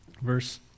verse